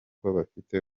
bafite